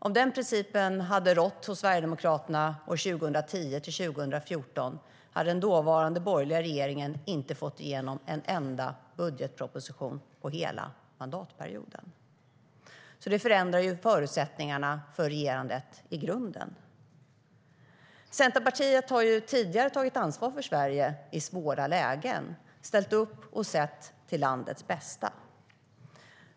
Om den principen hade rått hos Sverigedemokraterna åren 2010-2014 hade den dåvarande borgerliga regeringen inte fått igenom en enda budgetproposition på hela mandatperioden. Det förändrar ju i grunden förutsättningarna för regerandet. Centerpartiet har tidigare tagit ansvar för Sverige i svåra lägen, ställt upp och sett till landets bästa.